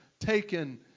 taken